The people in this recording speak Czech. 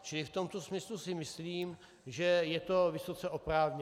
Čili v tomto smyslu si myslím, že je to vysoce oprávněné.